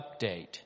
update